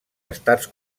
estats